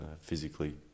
physically